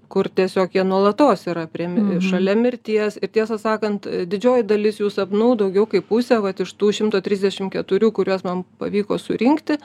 kur tiesiog jie nuolatos yra prie šalia mirties ir tiesą sakant didžioji dalis jų sapnų daugiau kaip pusė vat iš tų šimto trisdešim keturių kuriuos man pavyko surinkti